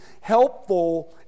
helpful